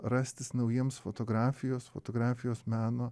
rastis naujiems fotografijos fotografijos meno